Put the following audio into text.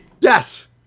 Yes